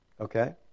Okay